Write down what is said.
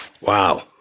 Wow